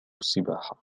السباحة